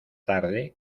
tarde